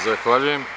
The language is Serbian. Zahvaljujem.